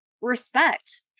respect